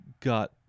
got